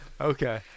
Okay